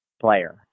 player